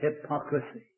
hypocrisy